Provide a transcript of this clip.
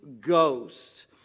Ghost